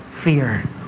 fear